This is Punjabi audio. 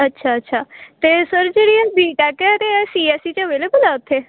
ਅੱਛਾ ਅੱਛਾ ਅਤੇ ਸਰ ਜਿਹੜੀ ਆ ਬੀ ਟੈਕ ਹੈ ਅਤੇ ਇਹ ਸੀ ਐੱਸ ਸੀ 'ਚ ਅਵੈਲਏਵਲ ਹੈ ਉੱਥੇ